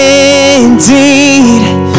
indeed